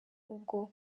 ubwo